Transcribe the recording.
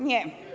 Nie.